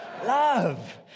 Love